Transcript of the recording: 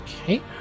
Okay